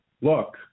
look